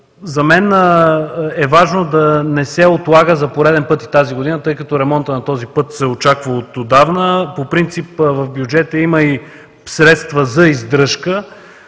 За мен е важно да не се отлага за пореден път и тази година, тъй като ремонтът на този път се очаква ототдавна. По принцип в бюджета има и средства за издръжка.